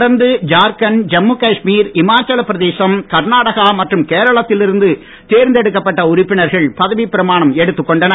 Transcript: தொடர்ந்து ஜார்கண்ட் ஜம்மு காஷ்மீர் இமாச்சல பிரதேசம் கர்நாடகா மற்றும் கேரளத்தில் இருந்து தேர்ந்தெடுக்கப்பட்ட உறுப்பினர்கள் பதவி பிரமாணம் எடுத்துக் கொண்டனர்